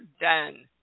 done